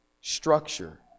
structure